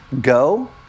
go